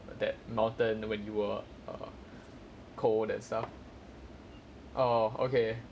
that mountain when you were err cold and stuff oh okay